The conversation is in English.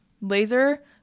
Laser